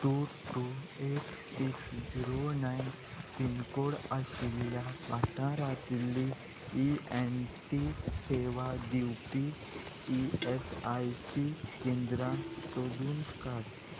two two eight six zero four nine pincode आशिल्ल्या वाटारांतली E N T सेवा दिवपी ई एस आय सी केंद्रां सोदून काड